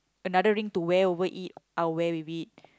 another ring to wear over it I'll wear with it